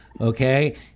okay